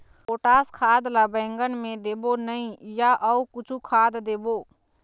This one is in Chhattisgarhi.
पोटास खाद ला बैंगन मे देबो नई या अऊ कुछू खाद देबो?